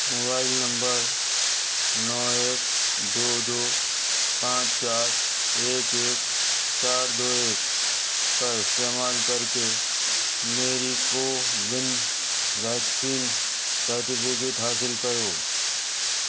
mobile number نو ایک دو دو پانچ چار ایک ایک چار دو ایک کا استعمال کر کے میری کوون ویکسین سرٹیفکیٹ حاصل کرو